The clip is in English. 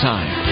Time